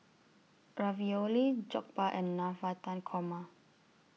Ravioli Jokbal and Navratan Korma